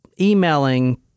emailing